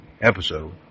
episode